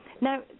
Now